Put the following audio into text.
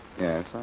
Yes